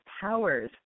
powers